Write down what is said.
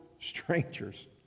strangers